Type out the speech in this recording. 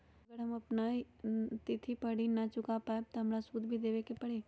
अगर हम अपना तिथि पर ऋण न चुका पायेबे त हमरा सूद भी देबे के परि?